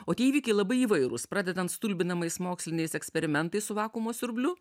o tie įvykiai labai įvairūs pradedant stulbinamais moksliniais eksperimentais su vakuumo siurbliu